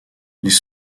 les